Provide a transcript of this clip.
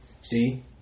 See